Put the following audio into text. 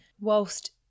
whilst